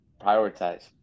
Prioritize